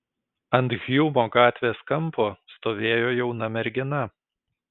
ant hjumo gatvės kampo stovėjo jauna mergina